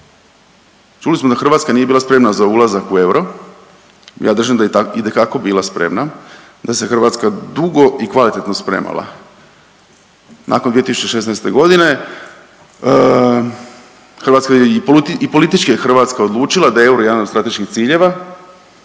Čuli smo da Hrvatska nije bila spremna za ulazak u euro, ja držim da je itekako bila spremna, da se Hrvatska dugo i kvalitetno spremala. Nakon 2016.g. Hrvatska je, i politički je Hrvatska odlučila da je euro jedan od strateških ciljeva